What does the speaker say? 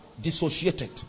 Dissociated